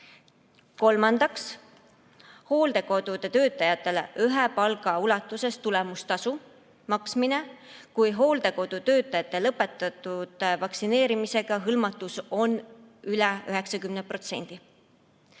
Kolmandaks, hooldekodutöötajatele ühe palga ulatuses tulemustasu maksmine, kui hooldekodutöötajate lõpetatud vaktsineerimisega hõlmatus on üle 90%.